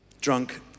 drunk